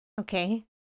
Okay